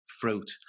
fruit